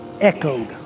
echoed